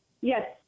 Yes